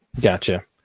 Gotcha